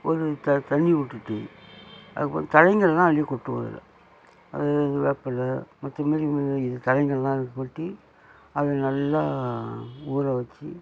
ஒரு தண்ணி விட்டுட்டு அதுக்கப்பறம் தழைங்கள் எல்லாம் அள்ளி கொட்டுவோம் அதில் அது வேப்பிலை மற்ற மாதிரி தழைங்கள் எல்லாம் அள்ளி கொட்டி அது நல்லா ஊற வச்சு